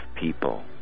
people